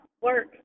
work